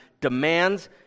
demands